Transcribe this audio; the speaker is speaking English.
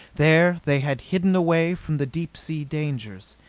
there they had hidden away from the deep-sea dangers.